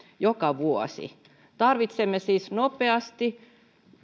joka vuosi tarvitsemme siis nopeasti